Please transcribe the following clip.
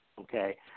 Okay